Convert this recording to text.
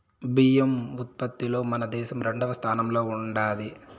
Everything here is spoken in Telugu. బియ్యం ఉత్పత్తిలో మన దేశం రెండవ స్థానంలో ఉండాది